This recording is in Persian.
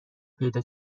پیدا